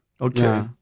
Okay